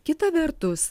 kita vertus